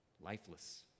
lifeless